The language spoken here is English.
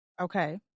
Okay